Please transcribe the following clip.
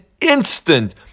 instant